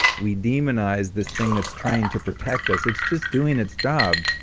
we demonize this thing that's trying to protect us. it's just doing its job.